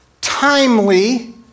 timely